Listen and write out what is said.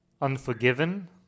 unforgiven